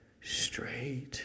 straight